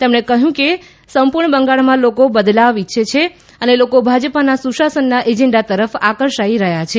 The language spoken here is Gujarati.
તેમણે કહ્યું છે કે સંપૂર્ણ બંગાળમાં લોકો બદલાવ ઈચ્છે છે અને લોકો ભાજપાના સુશાસનના એજેંડા તરફ આકર્ષી રહ્યા છે